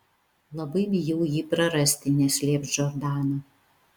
labai bijau jį prarasti neslėps džordana